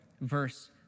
verse